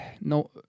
no